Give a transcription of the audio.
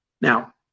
Now